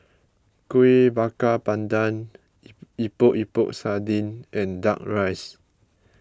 Kueh Bakar Pandan Epok Epok Sardin and Duck Rice